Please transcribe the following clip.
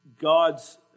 God's